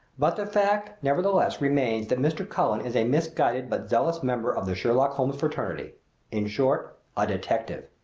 but the fact, nevertheless, remains that mr. cullen is a misguided but zealous member of the sherlock holmes fraternity in short, a detective.